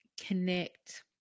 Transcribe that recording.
connect